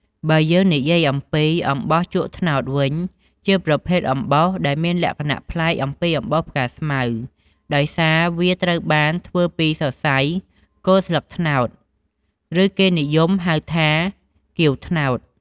បើយើងនិយាយអំពី អំបោសជក់ត្នោតវិញ ជាប្រភេទអំបោសដែលមានលក្ខណៈប្លែកពីអំបោសផ្កាស្មៅ ដោយសារវាត្រូវបានធ្វើពីសរសៃគល់ស្លឹកត្នោត ឬគេនិយមហៅថា គាវត្នោត។